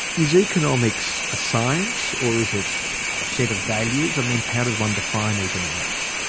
is economics a science or is it a set of values? i mean, how does one define economics?